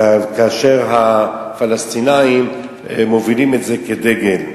כאשר הפלסטינים מובילים את זה כדגל.